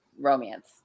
romance